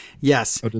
Yes